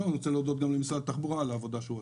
אני רוצה להודות למשרד התחבורה על העבודה שהוא עשה.